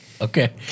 Okay